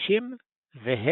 פירושים והערות.